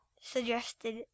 suggested